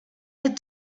had